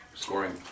Scoring